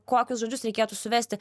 kokius žodžius reikėtų suvesti